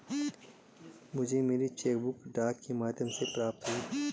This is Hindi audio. मुझे मेरी चेक बुक डाक के माध्यम से प्राप्त हुई है